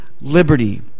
liberty